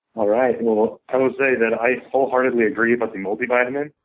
all right. well, i would say that i wholeheartedly agree about the multivitamin.